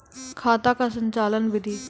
खाता का संचालन बिधि?